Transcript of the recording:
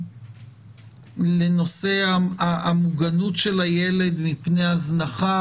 לנושא המוגנות של הילד מפני הזנחה?